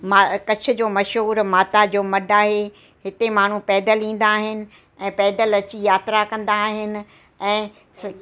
मा कच्छ जो मशहूरु माता जो मड आहे हिते माण्हू पैदर ईंदा आहिनि ऐं पैदल अची यात्रा कंदा आहिनि ऐं